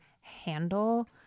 handle